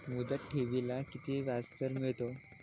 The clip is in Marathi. मुदत ठेवीला किती व्याजदर मिळतो?